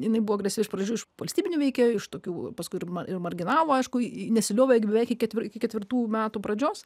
jinai buvo agresvybi iš pradžių iš valstybinių veikėjų iš tokių paskui ir marginalų aišku nesiliovė beveik iki ketvir iki ketvirtų metų pradžios